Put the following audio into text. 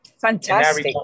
Fantastic